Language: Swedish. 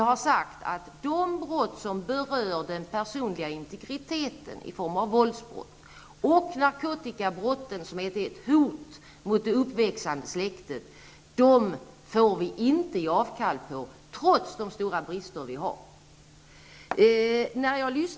Men trots de stora bristerna får man inte göra avkall på att beivra våldsbrott, som berör den personliga integriteten, och narkotikabrott, som utgör ett hot mot ett uppväxande släkte.